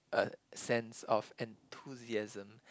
a sense of enthusiasm